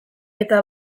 eta